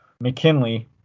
McKinley